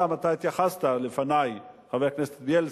התייחסת לפני, חבר הכנסת בילסקי,